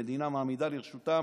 המדינה מעמידה לרשותם.